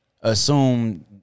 assume